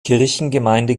kirchengemeinde